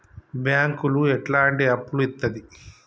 బ్యాంకులు ఎట్లాంటి అప్పులు ఇత్తది?